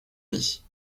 vies